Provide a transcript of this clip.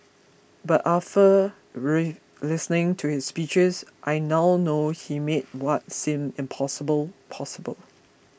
but listening to his speeches I now know he made what seemed impossible possible